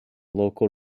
local